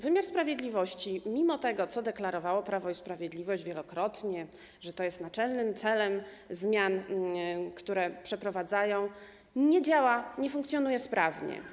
Wymiar sprawiedliwości - mimo tego, co deklarowało Prawo i Sprawiedliwość wielokrotnie, że to jest naczelnym celem zmian, które przeprowadza - nie działa, nie funkcjonuje sprawnie.